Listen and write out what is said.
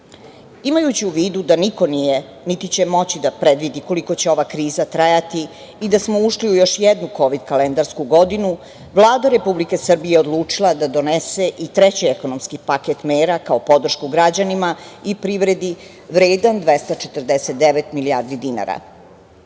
u vidu da niko nije, niti će moći da predvidi koliko će ova kriza trajati i da smo ušli u još jednu kovid kalendarsku godinu, Vlada Republike Srbije je odlučila da donese i treći ekonomski paket mera kao podršku građanima i privredi vredan 249 milijardi dinara. Set